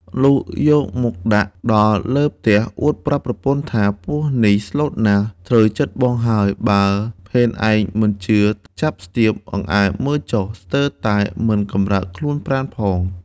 លុះយកមកដាក់ ដល់លើផ្ទះអួតប្រាប់ប្រពន្ធថា “ពស់នេះស្លូតណាស់ត្រូវចិត្ដបងហើយ បើភានឯងមិនជឿទៅចាប់ស្ទាប អង្អែលមើលចុះ ស្ទើរតែមិនកំរើកខ្លួនប្រាណផង” ។